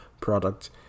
product